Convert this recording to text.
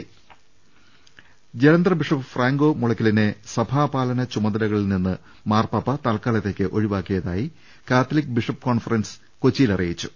രുട്ടിട്ട്ട്ട്ട്ട്ട Jalandhar bishop Franco മുളയ്ക്കലിനെ സഭാപാലന ചുമതലകളിൽ നിന്ന് മാർപാപ്പ തൽക്കാലത്തേക്ക് ഒഴിവാക്കിയതായി കാത്തലിക് ബിഷപ്പ് കോൺഫറൻസ് കൊച്ചിയിൽ അറിയിച്ചു